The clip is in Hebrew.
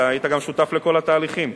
אתה גם היית שותף לכל התהליכים.